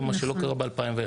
ומה שלא קרה ב-2001.